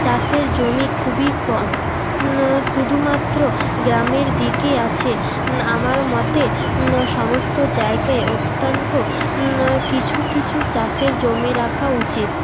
চাষের জমি খুবই কম শুধুমাত্র গ্রামের দিকেই আছে আমার মতে সমস্ত জায়গায় অত্যন্ত কিছু কিছু চাষের জমি রাখা উচিৎ